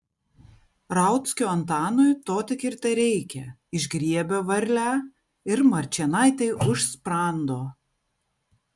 rauckio antanui to tik ir tereikia išgriebia varlę ir mačėnaitei už sprando